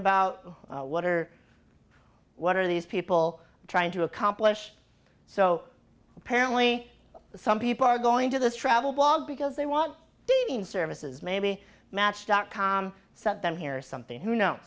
about what are what are these people trying to accomplish so apparently some people are going to this travel blog because they want dating services maybe match dot com some of them here or something who know